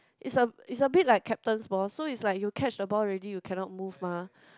is a is a bit like captain's ball so it's like you catch the ball already you cannot move mah